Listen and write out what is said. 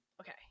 Okay